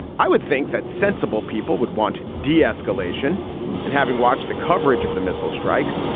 i would think that sensible people would want de-escalation and having watched the coverage of the missile strikes.